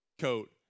coat